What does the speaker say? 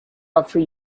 after